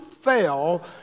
fail